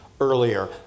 earlier